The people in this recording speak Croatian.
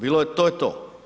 Bilo je to je to.